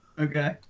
Okay